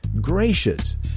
gracious